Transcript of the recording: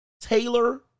Taylor